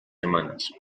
semanas